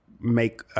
make